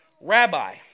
Rabbi